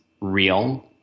real